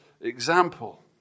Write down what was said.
example